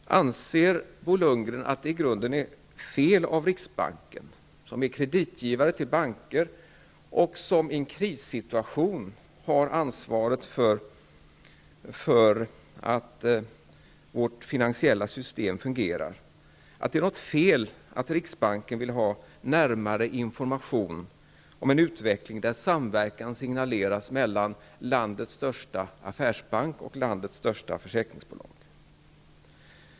Och anser Bo Lundgren att det i grunden är fel att riksbanken, som är kreditgivare beträffande banker och som i en krissituation har ansvaret för att vårt finansiella system fungerar, vill ha närmare information om en utveckling där en samverkan signaleras mellan landets största affärsbank och landets största försäkringsbolag?